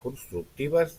constructives